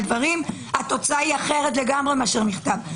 התוצאה אחרת לגמרי מאשר בכתב.